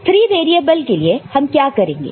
3 variable के लिए हम क्या करेंगे